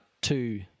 two